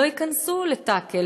לא ייכנסו לתקל,